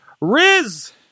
Riz